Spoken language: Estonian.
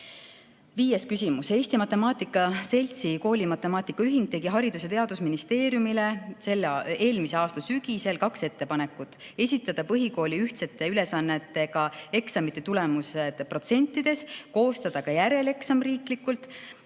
küsimus: "Eesti Matemaatika Seltsi Koolimatemaatika Ühing tegi Haridus‑ ja Teadusministeeriumile 2021. aasta sügisel kaks ettepanekut: 1) esitada põhikooli ühtsete ülesannetega eksamite tulemused protsentides; 2) koostada ka järeleksam riiklikult.